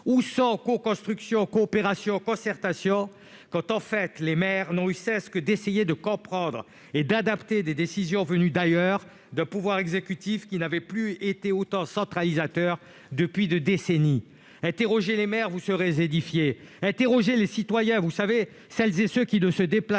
Où sont coconstruction, coopération, concertation, quand en réalité les maires n'ont de cesse d'essayer de comprendre et d'adapter des décisions venues d'ailleurs, d'un pouvoir exécutif qui n'avait plus été aussi centralisateur depuis des décennies ? Interrogez les maires, vous serez édifiée. Interrogez les citoyens : vous savez, celles et ceux qui ne se déplacent plus